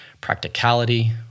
practicality